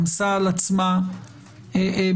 עמסה על עצמה משימות.